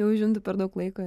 tai užimtų per daug laiko